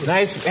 Nice